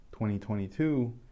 2022